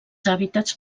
hàbitats